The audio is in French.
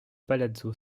palazzo